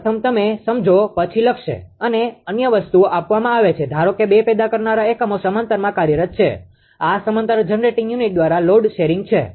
પ્રથમ તમે સમજો પછી લખશે અને અન્ય વસ્તુઓ આપવામાં આવે છે ધારો કે બે પેદા કરનારા એકમો સમાંતરમાં કાર્યરત છે આ સમાંતર જનરેટિંગ યુનિટ દ્વારા લોડ શેરિંગ છે